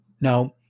Now